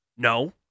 No